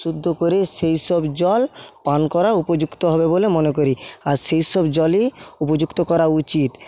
শুদ্ধ করে সেইসব জল পান করা উপযুক্ত হবে বলে মনে করি আর সেই সব জলেই উপযুক্ত করা উচিৎ